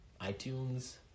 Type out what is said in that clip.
iTunes